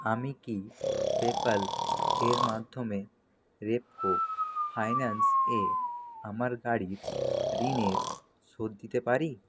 আমি কি পেপ্যালের মাধ্যমে রেপকো ফাইন্যান্সে আমার গাড়ির ঋণের শোধ দিতে পারি